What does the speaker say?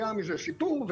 היה מזה סיפור,